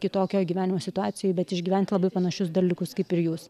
kitokio gyvenimo situacijoj bet išgyvent labai panašius dalykus kaip ir jūs